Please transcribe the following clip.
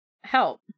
help